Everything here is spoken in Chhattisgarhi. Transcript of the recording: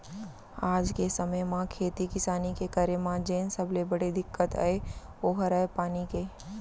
आज के समे म खेती किसानी के करे म जेन सबले बड़े दिक्कत अय ओ हर अय पानी के